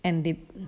and they